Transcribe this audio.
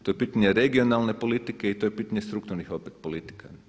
To je pitanje regionalne politike i to je pitanje strukturnih opet politika.